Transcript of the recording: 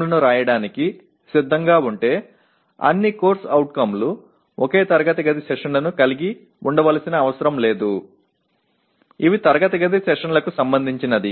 లను వ్రాయడానికి సిద్ధంగా ఉంటే అన్ని CO లు ఒకే తరగతి గది సెషన్లను కలిగి ఉండవలసిన అవసరం లేదు ఇవి తరగతి గది సెషన్లకు సంబంధించినది